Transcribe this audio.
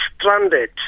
stranded